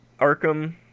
arkham